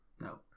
No